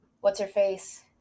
What's-her-face